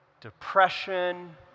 depression